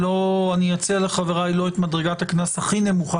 אני אציע לחבריי לא את מדרגת הקנס הכי נמוכה